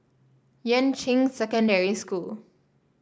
Yuan Ching Secondary School